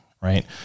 right